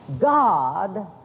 God